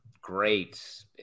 great